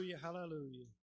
Hallelujah